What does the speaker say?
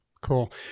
Cool